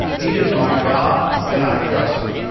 he is my god and i trust him.